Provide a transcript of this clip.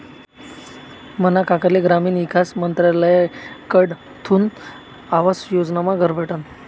मना काकाले ग्रामीण ईकास मंत्रालयकडथून आवास योजनामा घर भेटनं